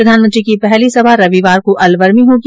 प्रधानमंत्री की पहली सभा रविवार को अलवर में होगी